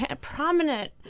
prominent